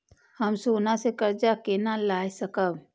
हम सोना से कर्जा केना लाय सकब?